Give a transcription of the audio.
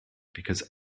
because